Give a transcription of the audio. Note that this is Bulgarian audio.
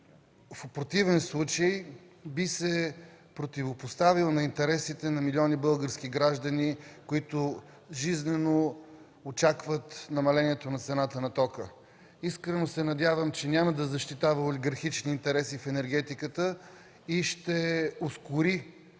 В противен случай би се противопоставил на интересите на милиони български граждани, които жизнено очакват намалението на цената на тока. Искрено се надявам, че няма да защитава олигархични интереси в енергетиката и ще ускори